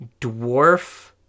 Dwarf